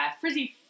frizzy